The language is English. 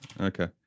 Okay